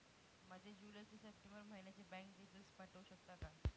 माझे जुलै ते सप्टेंबर महिन्याचे बँक डिटेल्स पाठवू शकता का?